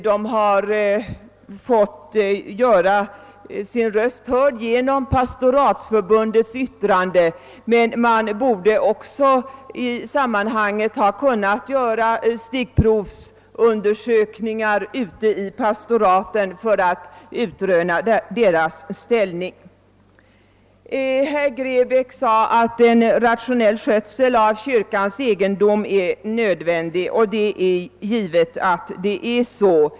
De har fått göra sin röst hörd genom pastoratsförbundets yttrande, men man borde också i sammanhanget ha kunnat göra stickprovsundersökningar ute i pastoraten för att utröna deras ställning. Herr Grebäck sade att en rationell skötsel av kyrkans egendom är nödvändig, och det är givet att det är så.